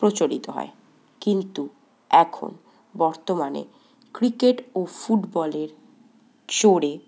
প্রচলিত হয় কিন্তু এখন বর্তমানে ক্রিকেট ও ফুটবলের জোরে